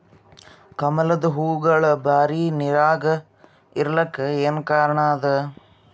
ಕಮಲದ ಹೂವಾಗೋಳ ಬರೀ ನೀರಾಗ ಇರಲಾಕ ಏನ ಕಾರಣ ಅದಾ?